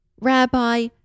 Rabbi